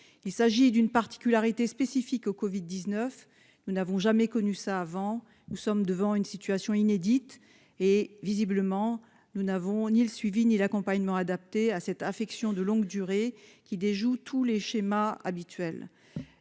il s'agit d'une particularité spécifique au Covid 19, nous n'avons jamais connu ça, avant, nous sommes devant une situation inédite et visiblement, nous n'avons ni le suivi ni l'accompagnement adapté à cette affection de longue durée qui déjoue tous les schémas habituels,